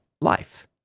life